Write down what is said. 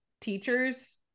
teachers